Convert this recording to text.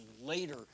later